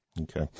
Okay